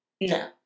no